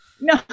No